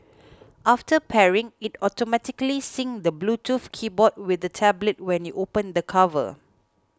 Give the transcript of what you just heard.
after pairing it automatically syncs the Bluetooth keyboard with the tablet when you open the cover